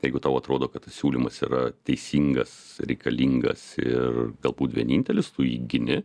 jeigu tau atrodo kad tas siūlymas yra teisingas reikalingas ir galbūt vienintelis tu jį gini